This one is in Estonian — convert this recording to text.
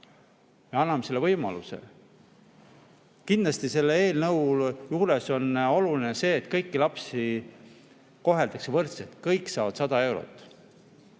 Me anname selle võimaluse. Kindlasti selle eelnõu juures on oluline see, et kõiki lapsi koheldakse võrdselt, kõik saavad 100 eurot.